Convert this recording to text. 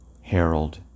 Harold